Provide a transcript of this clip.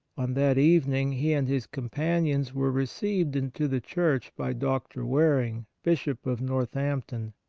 on that evening he and his companions were received into the church by dr. wareing, bishop of northampton.